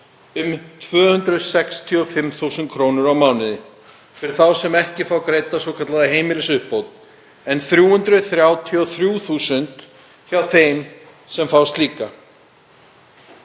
um 265.000 kr. á mánuði fyrir þá sem ekki fá greidda svokallaða heimilisuppbót en 333.000 kr. hjá þeim sem fá slíka.